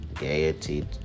gaiety